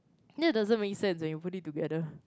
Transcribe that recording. that doesn't make sense when you put it together